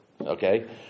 Okay